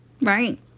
Right